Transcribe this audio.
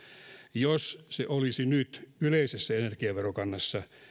jos se olisi nyt yleisessä energiaverokannassa